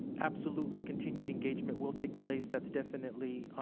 absolutely continued engagement will take place. that's definitely